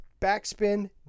backspin